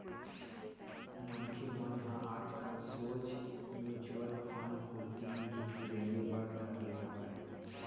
मनखे मन ह आजकल सोझ म्युचुअल फंड कोती ही रेंगे बर धर ले हवय